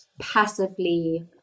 passively